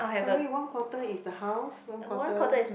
sorry one quarter is the house one quarter